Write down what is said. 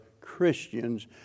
Christians